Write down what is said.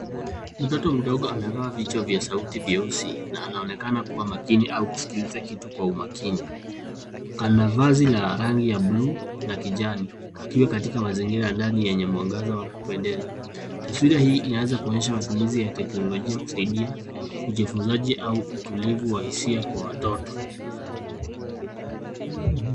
Mtoto mdogo amevaa vichwa vya sauti vyeusi na anaonekana kuwa makini au kusikiliza kitu kwa umakini. Ana vazi la rangi ya bluu na kijani akiwa katika mazingira ya ndani yenye mwangaza wa kupendeza. Taswira hii inaweza kuonyesha matumizi ya teknolojia kusaidia ujifunzaji au utulivu wa hisia kwa watoto.